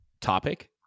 topic